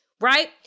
right